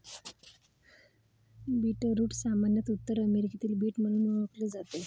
beetroot सामान्यत उत्तर अमेरिकेत बीट म्हणून ओळखले जाते